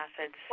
acids